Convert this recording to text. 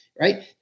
right